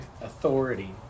authority